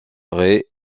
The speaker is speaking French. ray